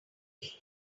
read